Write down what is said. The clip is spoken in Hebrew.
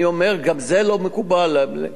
אני אומר, גם זה לא מקובל עלי.